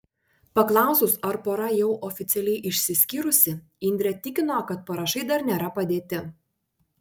paklausus ar pora jau oficialiai išsiskyrusi indrė tikino kad parašai dar nėra padėti